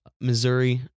Missouri